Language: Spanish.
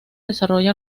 desarrolla